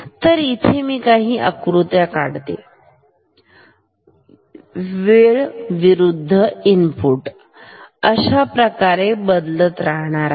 तर इथे मी काही आकृत्या काढतो वेळ विरुद्ध इनपुट अशाप्रमाणे बदलत राहणार आहे